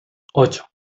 ocho